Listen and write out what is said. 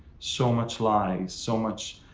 so much lies, so much,